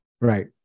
right